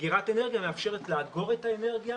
אגירת אנרגיה מאפשרת לאגור את האנרגיה